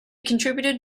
contributed